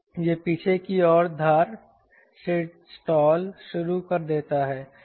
यह पीछे की ओर धार से स्टॉल शुरू कर देता है